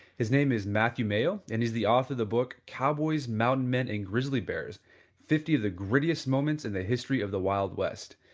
his name is matthew mayo and he is the author of the book cowboys, mountain men, and grizzly bears fifty of the grittiest moments in the history of the wild west.